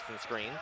screen